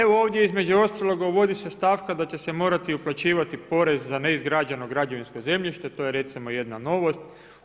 Evo ovdje između ostalog uvodi se stavka da će se morati uplaćivati porez za neizgrađeno građevinsko zemljište, to je recimo jedna novost.